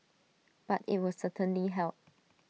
but IT would certainly help